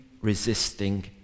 resisting